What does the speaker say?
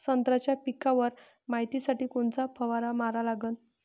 संत्र्याच्या पिकावर मायतीसाठी कोनचा फवारा मारा लागन?